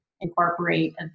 incorporate